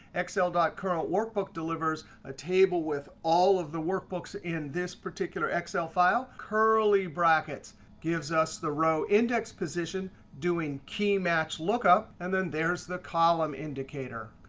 excel currentworkbook delivers a table with all of the workbooks in this particular excel file. curly brackets gives us the row index position doing key match look up. and then there's the column indicator.